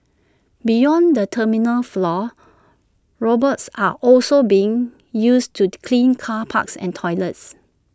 beyond the terminal floors robots are also being used to clean car parks and toilets